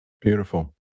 Beautiful